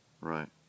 Right